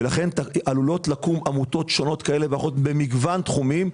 ולכן עלולות לקום עמותות שונות במגוון תחומים.